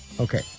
Okay